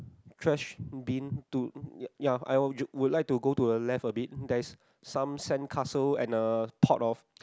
trash bin to ya I I would like to go to the left a bit there's some sandcastle and a pot of